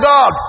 God